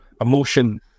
Emotion